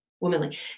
Womanly